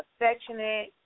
affectionate